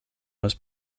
was